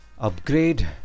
upgrade